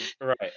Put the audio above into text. Right